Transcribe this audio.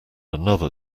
another